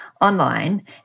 online